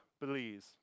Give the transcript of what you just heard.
Belize